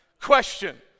Question